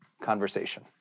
conversation